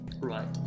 right